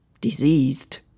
Diseased